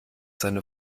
seine